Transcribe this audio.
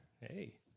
Hey